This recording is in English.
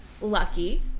lucky